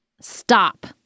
stop